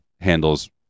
handles